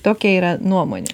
tokia yra nuomonė